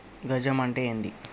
గజం అంటే ఏంది?